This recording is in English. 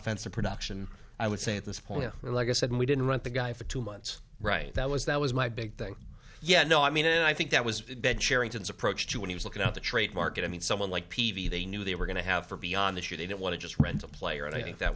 answer production i would say at this point like i said we didn't want the guy for two months right that was that was my big thing yeah no i mean i think that was dead sherrington is approaching to when he was looking at the trade market i mean someone like p v they knew they were going to have for beyond that you didn't want to just rent a player and i think that